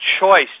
choice